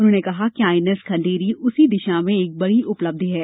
उन्होंने कहा कि आई एन एस खंडेरी उसी दिशा में एक बड़ी उपलब्धि है